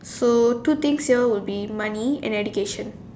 so two things here will be money and education